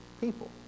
people